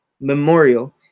memorial